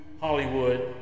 Hollywood